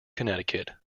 connecticut